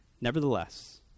Nevertheless